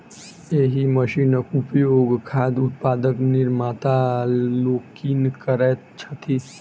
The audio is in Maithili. एहि मशीनक उपयोग खाद्य उत्पादक निर्माता लोकनि करैत छथि